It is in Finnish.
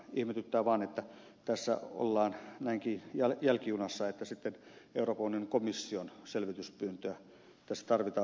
ihmetyttää vaan että tässä ollaan näinkin jälkijunassa että sitten euroopan unionin komission selvityspyyntöä tässä tarvitaan